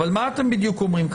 אבל מה אתם בדיוק אומרים כאן?